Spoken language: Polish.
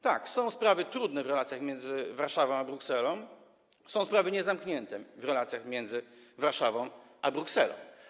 Tak, są sprawy trudne w relacjach między Warszawą a Brukselą, są sprawy niezamknięte w relacjach między Warszawą a Brukselą.